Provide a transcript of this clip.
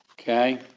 Okay